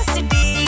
City